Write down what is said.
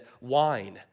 wine